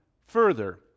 further